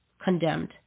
condemned